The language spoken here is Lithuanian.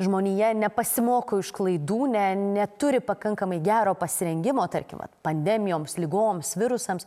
žmonija nepasimoko iš klaidų ne neturi pakankamai gero pasirengimo tarkim va pandemijoms ligoms virusams